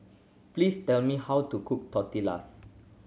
please tell me how to cook Tortillas